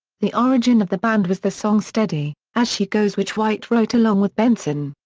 the origin of the band was the song steady, as she goes' which white wrote along with benson.